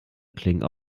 klingen